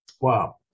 Wow